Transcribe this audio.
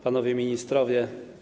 Panowie Ministrowie!